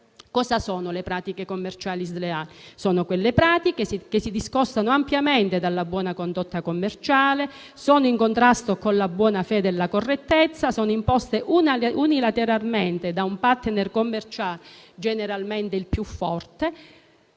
Le pratiche commerciali sleali sono quelle che si discostano ampiamente dalla buona condotta sono in contrasto con la buona fede e la correttezza e sono imposte unilateralmente da un *partner* - generalmente il più forte